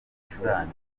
ibicurane